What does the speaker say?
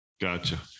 Gotcha